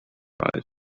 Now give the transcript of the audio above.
and